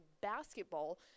Basketball